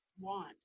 want